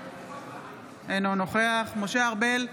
אינו נוכח משה ארבל,